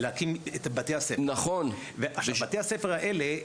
להקים את בתי הספר ובתי הספר האלה,